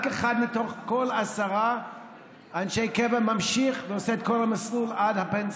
רק אחד מתוך כל עשרה אנשי קבע ממשיך ועושה את כל המסלול עד הפנסיה.